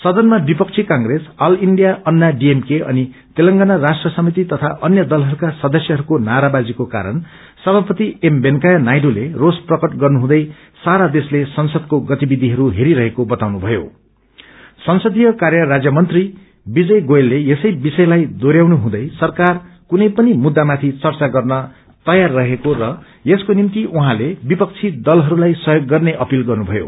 सदनमा विपक्षी Congress all India Anna DMK अनि तेलेगाना राष्ट्र समिति तथा अय दलहरूका सदस्यहरूको नारावाजीको कारण सभापति एम वेकैया नायडूले रोष प्रकट गर्नुहुँदै सारा देशले संसदको गतिविधिहरू हेरिरहेको बताउनुभयो संसदीय कार्य राज्यमंत्री विजय गोयलले यसै विषयलाई दोहोरयाउनु हुँदै सरक्वर कुनै पनि मुद्दा माथि चचा गर्न तैयार रहेको र यसको निम्ति उहाँले विपक्षी दलहरूताई सहयोग गर्ने अपील गर्नुभयो